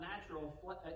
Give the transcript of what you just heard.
natural